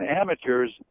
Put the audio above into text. amateurs